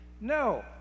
No